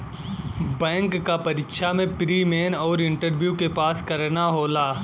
bank क परीक्षा में प्री, मेन आउर इंटरव्यू के पास करना होला